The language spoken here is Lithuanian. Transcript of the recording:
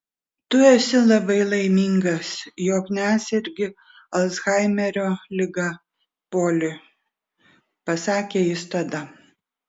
tu esi labai laimingas jog nesergi alzhaimerio liga poli pasakė jis tada